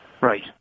Right